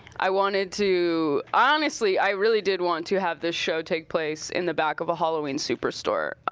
i wanted to, honestly, i really did want to have this show take place in the back of a halloween superstore.